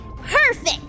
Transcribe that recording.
Perfect